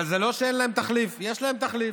אבל זה לא שאין להם תחליף, יש להם תחליף.